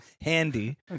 Handy